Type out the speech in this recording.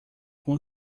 com